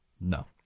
No